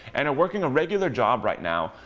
and are working a regular job right now,